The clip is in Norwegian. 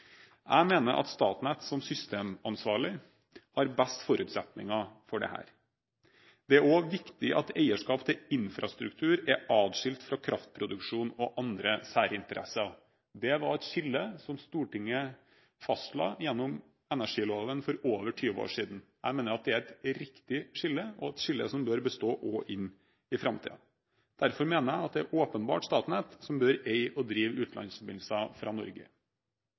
Jeg mener at Statnett som systemansvarlig har best forutsetninger for dette. Det er også viktig at eierskap til infrastruktur er adskilt fra kraftproduksjon og andre særinteresser. Det var et skille som Stortinget fastla gjennom energiloven for over 20 år siden. Jeg mener at det er et riktig skille, og et skille som bør bestå også inn i framtiden. Derfor mener jeg at det åpenbart er Statnett som bør eie og drive utenlandsforbindelser fra Norge.